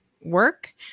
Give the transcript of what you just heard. work